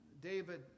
David